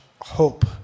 hope